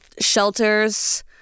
Shelters